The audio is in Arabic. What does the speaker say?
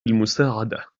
المساعدة